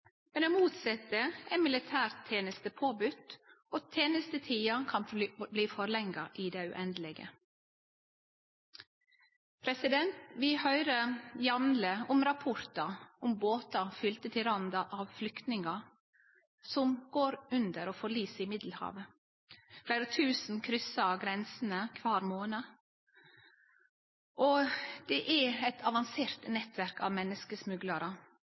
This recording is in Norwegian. tenestetida kan verte forlengd i det uendelege. Vi høyrer jamleg rapportar om båtar fylte til randa av flyktningar som går under og forliser i Middelhavet. Fleire tusen kryssar grensene kvar månad. Det er eit avansert nettverk av menneskesmuglarar.